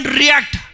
react